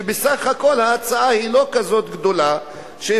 שבסך הכול ההצעה היא לא גדולה כזאת,